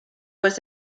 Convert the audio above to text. was